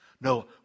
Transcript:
No